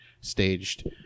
staged